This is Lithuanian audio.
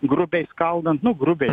grubiai skaldant nu grubiai